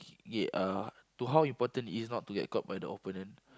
yeah uh to how important it is not to get caught by the opponent